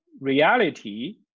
reality